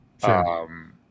Sure